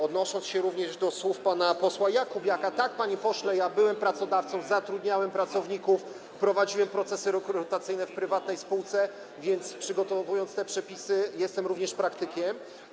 Odnoszę się również do słów pana posła Jakubiaka: tak, panie pośle, byłem pracodawcą, zatrudniałem pracowników, prowadziłem procesy rekrutacyjne w prywatnej spółce, więc przygotowywałem te przepisy również jako praktyk.